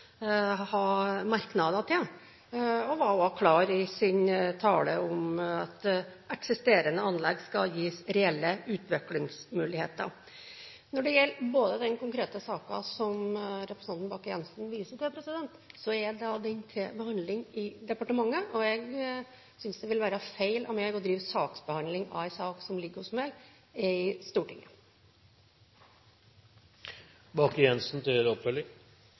merknader til, og de var også klar i sin tale om at eksisterende anlegg skal gis reelle utviklingsmuligheter. Når det gjelder den konkrete saken som representanten Bakke-Jensen viser til, er den til behandling i departementet, og jeg mener det vil være feil av meg å drive saksbehandling i Stortinget av en sak som ligger